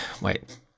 wait